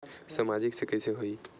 सामाजिक से कइसे होही?